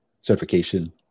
certification